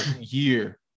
year